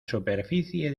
superficie